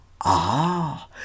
Ah